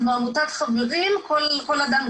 כל אדם,